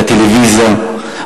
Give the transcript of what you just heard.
לטלוויזיה,